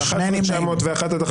הצבעה לא אושרה נפל.